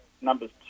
numbers